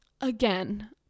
Again